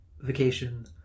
vacation